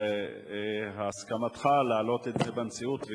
על הסכמתך להעלות את זה בנשיאות,